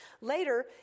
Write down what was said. Later